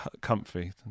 comfy